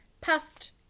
past